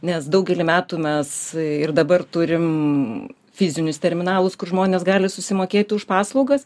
nes daugelį metų mes ir dabar turim fizinius terminalus kur žmonės gali susimokėti už paslaugas